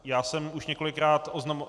Já jsem už několikrát oznamoval...